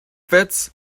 fits